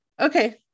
Okay